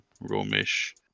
Romish